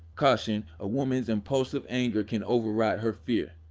caution a woman's impulsive anger can override her fear.